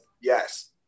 Yes